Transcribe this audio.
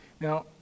Now